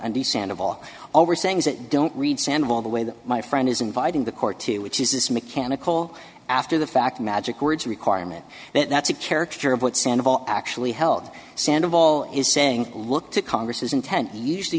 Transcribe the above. understand of all over sayings that don't read sand all the way that my friend is inviting the court to which is this mechanical after the fact magic words requirement that's a character of what sandoval actually held sand of all is saying look to congress's intent us